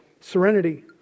serenity